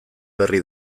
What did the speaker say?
berri